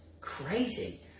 crazy